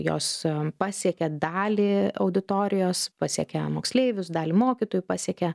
jos pasiekia dalį auditorijos pasiekia moksleivius dalį mokytojų pasiekia